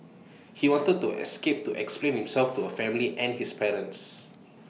he wanted to escape to explain himself to her family and his parents